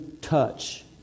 touch